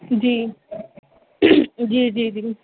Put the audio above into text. جی جی جی جی